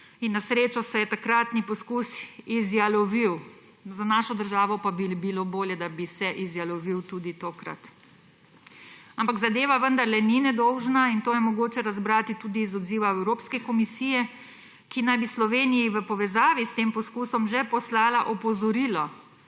a na srečo se je takratni poskus izjalovil. Za našo državo pa bi bilo bolje, da bi se izjalovil tudi tokrat. Ampak zadeva vendarle ni nedolžna, in to je mogoče razbrati tudi iz odziva Evropske komisije, ki naj bi Sloveniji v povezavi s tem poskusom že poslala opozorilo,